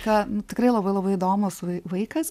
ką tikrai labai labai įdomus vai vaikais